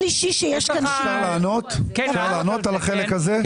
אפשר לענות על החלק הזה?